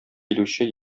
килүче